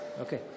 okay